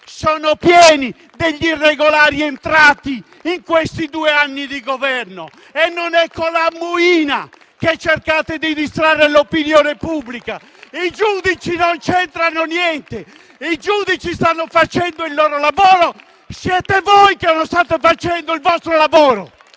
sono piene degli irregolari entrati in questi due anni di Governo! E non è con l'*ammuina* che riuscite a distrarre l'opinione pubblica. I giudici non c'entrano niente. I giudici stanno facendo il loro lavoro. Siete voi che non state facendo il vostro lavoro!